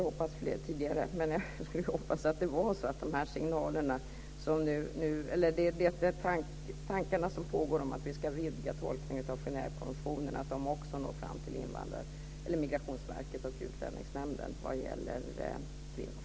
Jag hoppas att de tankar som finns om att vi ska vidga tolkningen av Genèvekonventionen också når fram till Migrationsverket och Utlänningsnämnden vad gäller kvinnor.